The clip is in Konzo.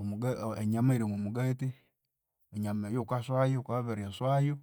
omuga enyama eyiri omwamugati enyama eyu wukaswayu, wukabya wabiriswayu